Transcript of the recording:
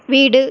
வீடு